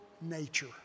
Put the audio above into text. nature